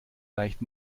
leicht